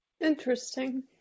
Interesting